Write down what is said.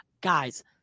guys